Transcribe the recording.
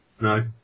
No